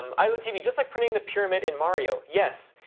um isotv, just like printing the pyramid in mario, yes.